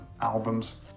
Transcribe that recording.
albums